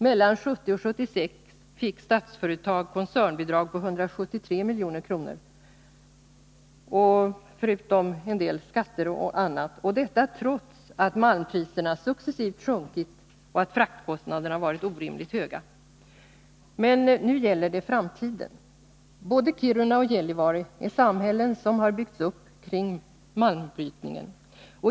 Mellan 1970 och 1976 fick Statsföretag koncernbidrag på 173 milj.kr. —- förutom en del skatter och annat — detta trots att malmpriserna successivt sjunkit och att fraktkostnaderna har varit orimligt höga. Men nu gäller det framtiden. Både Kiruna och Gällivare är samhällen som har byggts upp kring malmbrytningen.